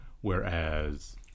whereas